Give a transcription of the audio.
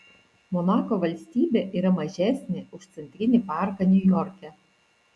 monako valstybė yra mažesnė už centrinį parką niujorke